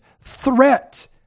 threat